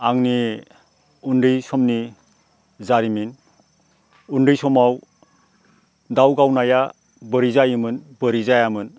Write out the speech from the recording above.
आंनि उन्दै समनि जारिमिन उन्दै समाव दाउ गावनाया बोरै जायोमोन बोरै जायामोन